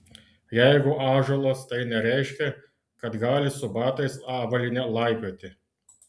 jeigu ąžuolas tai nereiškia kad gali su batais avalyne laipioti